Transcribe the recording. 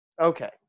Okay